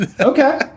Okay